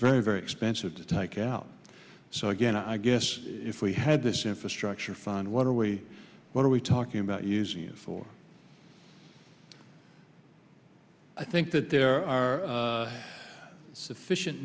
very very expensive to take out so again i guess if we had this infrastructure find what are we what are we talking about using it for i think that there are sufficient